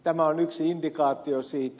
tämä on yksi indikaatio siitä